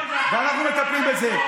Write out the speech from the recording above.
ואנחנו מטפלים בזה.